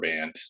band